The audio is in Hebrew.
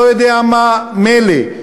לא יודע מה מילא.